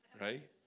right